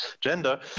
gender